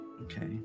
okay